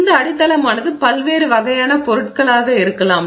இந்த அடித்தளமானது பல்வேறு வகையான பொருட்களாக இருக்கலாம்